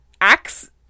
acts